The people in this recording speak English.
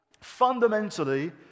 fundamentally